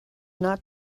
not